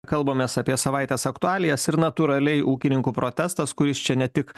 kalbamės apie savaitės aktualijas ir natūraliai ūkininkų protestas kuris čia ne tik